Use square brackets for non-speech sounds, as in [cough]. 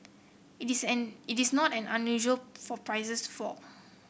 it is [unintelligible] it is not unusual for prices to fall